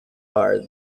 are